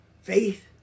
Faith